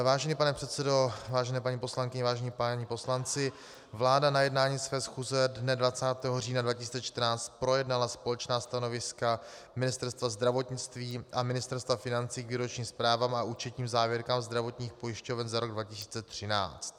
Vážený pane předsedo, vážené paní poslankyně, vážení páni poslanci, vláda na jednání své schůze dne 20. října 2014 projednala společná stanoviska Ministerstva zdravotnictví a Ministerstva financí k výročním zprávám a účetním závěrkám zdravotních pojišťoven za rok 2013.